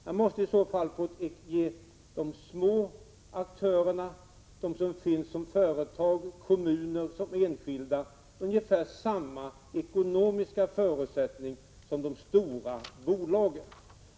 De små aktörerna — företag, kommuner och enskilda — måste få ungefär samma ekonomiska förutsättningar som de stora bolagen.